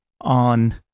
on